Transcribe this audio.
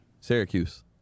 Syracuse